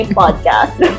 podcast